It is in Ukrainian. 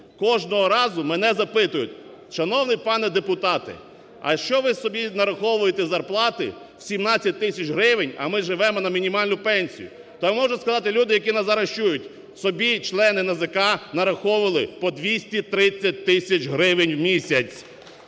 кожного разу мене запитують: шановний пане депутате, а що ви собі нараховуєте зарплати в 17 тисяч гривень, а ми живемо на мінімальну пенсію? То можу сказати людям, які нас зараз чують: собі члени НАЗК нараховували по 230 тисяч гривень в місяць